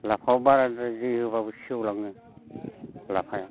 लाफायाव बाराद्राय दै होबाबो सेवलाङो लाफाया